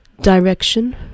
direction